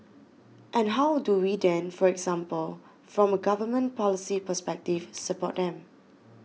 and how do we then for example from a government policy perspective support them